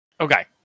Okay